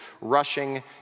rushing